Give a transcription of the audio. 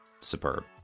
superb